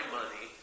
money